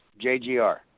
JGR